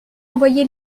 envoyer